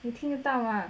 你听得到 mah